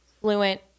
fluent